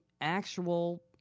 actual